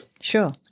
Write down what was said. sure